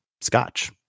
scotch